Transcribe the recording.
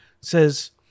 says